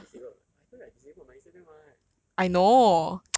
but right I disabled my I told you I disabled my instagram [what]